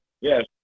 Yes